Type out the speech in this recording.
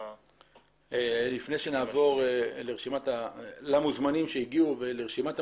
לפני שנעבור למוזמנים שהגיעו ולרשימת המוזמנים,